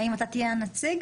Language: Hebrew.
האם אתה תהיה הנציג